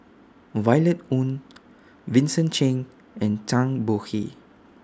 Violet Oon Vincent Cheng and Zhang Bohe